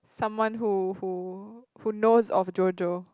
someone who who who knows of JoJo